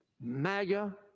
MAGA